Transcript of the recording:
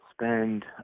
spend